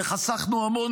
וחסכנו המון,